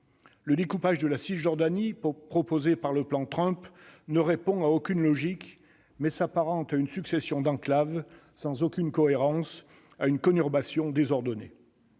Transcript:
Le découpage de la Cisjordanie proposé par le plan Trump ne répond à aucune logique, mais s'apparente à une succession d'enclaves sans aucune cohérence, à une conurbation désordonnée.